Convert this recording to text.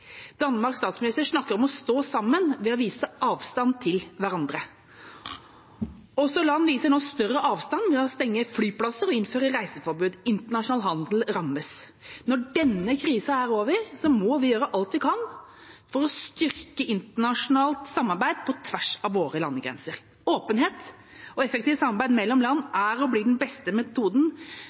Danmarks statsminister snakker om å stå sammen ved å holde avstand til hverandre. Land holder nå også større avstand ved å stenge flyplasser og innføre reiseforbud. Internasjonal handel rammes. Når denne krisa er over, må vi gjøre alt vi kan for å styrke internasjonalt samarbeid på tvers av våre landegrenser. Åpenhet og effektivt samarbeid mellom land er og blir den beste metoden